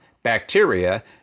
Bacteria